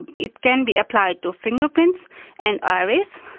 it can be applied to fingerprints and iris,